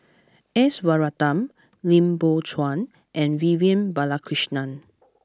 S Varathan Lim Biow Chuan and Vivian Balakrishnan